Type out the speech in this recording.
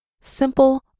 simple